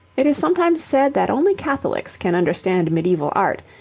it is sometimes said that only catholics can understand medieval art,